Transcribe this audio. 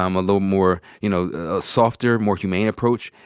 um a little more you know ah softer, more humane approach.